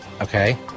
Okay